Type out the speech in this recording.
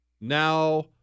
Now